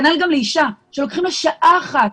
כנ"ל גם לאישה שלוקחים לה שעה אחת,